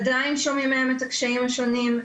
עדיין שומעים מהם את הקשיים השונים,